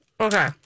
Okay